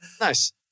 Nice